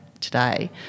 today